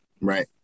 Right